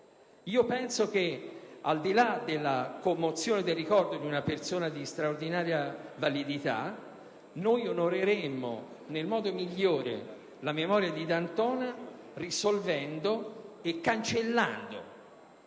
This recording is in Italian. Penso che, al di là della commozione per il ricordo di una persona di straordinaria validità, noi onoreremmo nel modo migliore la memoria di Massimo D'Antona risolvendo e cancellando